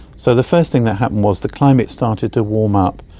so the first thing that happened was the climate started to warm up.